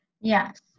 Yes